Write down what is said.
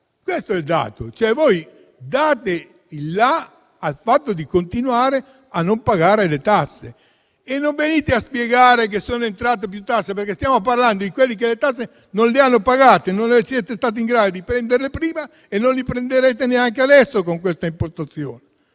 Questo è il dato. Voi date il "la" al fatto di continuare a non pagare le tasse. E non venite a dirci che sono entrate più tasse, perché stiamo parlando di quelli che le tasse non le hanno pagate; non siete stati in grado di prenderle prima e non le prenderete neanche adesso, con questa impostazione.